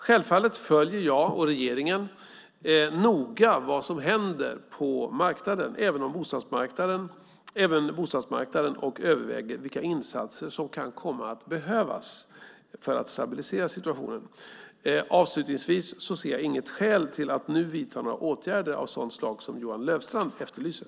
Självfallet följer jag och regeringen noga vad som händer på marknaden, även bostadsmarknaden, och överväger vilka insatser som kan komma att behövas för att stabilisera situationen. Avslutningsvis ser jag inget skäl till att nu vidta några åtgärder av sådant slag som Johan Löfstrand efterlyser.